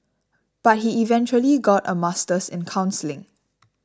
but he eventually got a master's in counselling